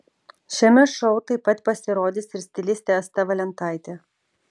šiame šou taip pat pasirodys ir stilistė asta valentaitė